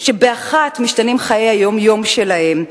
שבאחת משתנים חיי היום-יום שלהם,